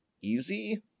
easy